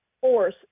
force